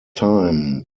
time